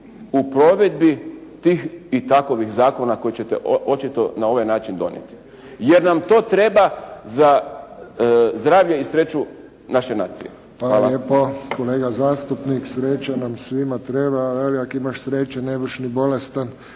u provedbi tih i takovih zakona koje ćete očito na ovaj način donijeti. Jer nam to treba za zdravlje i sreću naše nacije. Hvala. **Friščić, Josip (HSS)** Hvala lijepo, kolega zastupnik sreća nam svima treba, veli ako imaš sreće, ne budeš ni bolestan.